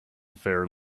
fair